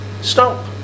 Stop